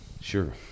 Sure